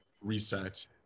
reset